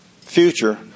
Future